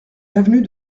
avenue